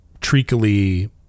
treacly